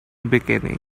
bikini